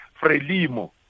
Frelimo